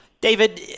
David